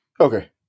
Okay